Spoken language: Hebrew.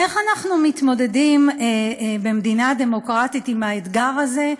איך אנחנו מתמודדים במדינה דמוקרטית עם האתגר הזה: